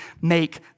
make